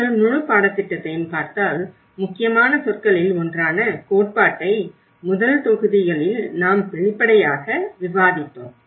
நீங்கள் முழு பாடத்திட்டத்தையும் பார்த்தால் முக்கியமான சொற்களில் ஒன்றான கோட்பாட்டை முதல் தொகுதிகளில் நாம் வெளிப்படையாக விவாதித்தோம்